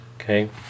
Okay